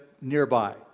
nearby